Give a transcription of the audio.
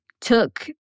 took